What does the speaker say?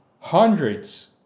hundreds